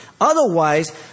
Otherwise